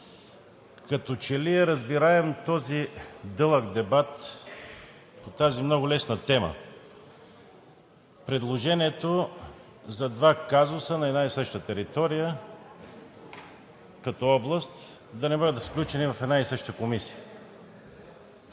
Като че ли е разбираем този дълъг дебат по тази много лесна тема – предложението за два казуса на една и съща територия като област да не бъдат включени в една и съща комисия.